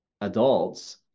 adults